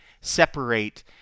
separate